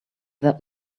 that